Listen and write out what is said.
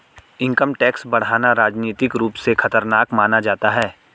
income tax बढ़ाना राजनीतिक रूप से खतरनाक माना जाता है